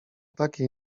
takiej